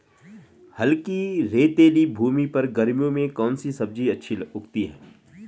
हल्की रेतीली भूमि पर गर्मियों में कौन सी सब्जी अच्छी उगती है?